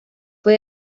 fue